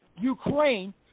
Ukraine